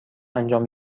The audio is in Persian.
انجام